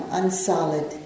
unsolid